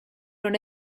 non